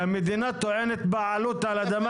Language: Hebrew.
שהמדינה טוענת בעלות על האדמה.